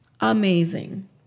Amazing